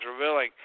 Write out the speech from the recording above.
revealing